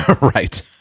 Right